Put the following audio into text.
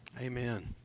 Amen